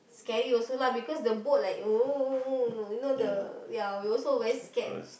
scary also lah because the boat like you know the ya we also very scared